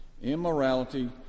Immorality